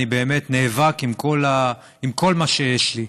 אני באמת נאבק עם כל מה שיש לי,